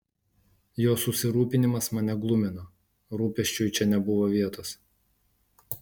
jo susirūpinimas mane glumino rūpesčiui čia nebuvo vietos